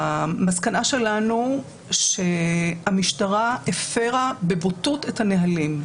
המסקנה שלנו שהמשטרה הפרה בבוטות את הנהלים.